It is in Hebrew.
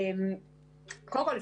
קודם כל,